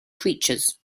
creatures